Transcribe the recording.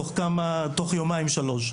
תוך יומיים אחרי אירוע?